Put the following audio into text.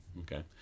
okay